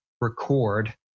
record